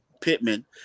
Pittman